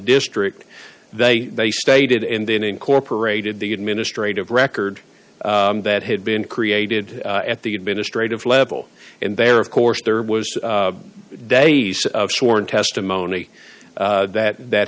district they they stated and then incorporated the administrative record that had been created at the administrative level and there of course there was days of sworn testimony that that